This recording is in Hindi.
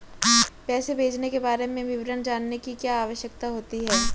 पैसे भेजने के बारे में विवरण जानने की क्या आवश्यकता होती है?